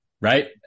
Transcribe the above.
Right